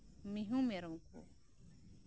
ᱢᱤᱦᱩ ᱢᱮᱨᱚᱢ ᱠᱚ